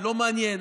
לא מעניין.